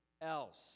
else